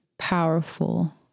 powerful